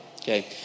Okay